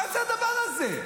מה זה הדבר הזה?